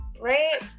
right